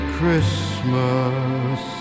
Christmas